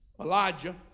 Elijah